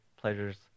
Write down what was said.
pleasures